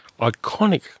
iconic